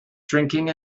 drinking